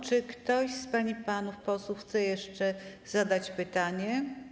Czy ktoś z pań i panów posłów chce jeszcze zadać pytanie?